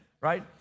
right